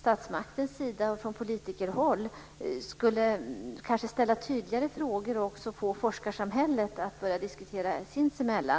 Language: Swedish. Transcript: statsmaktens sida och från politikerhåll kanske kunde ställa tydligare frågor och att vi också får dem i forskarsamhället att börja diskutera sinsemellan.